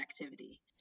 activity